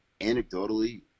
Anecdotally